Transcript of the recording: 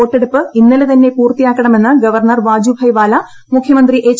വോട്ടെടുപ്പ് ഇന്നലെ തന്നെ പൂർത്തിയാക്കണമെന്ന് ഗവർണർ വാജ്ഭായ് വാല മുഖ്യമന്ത്രി എച്ച്